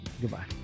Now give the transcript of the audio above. Goodbye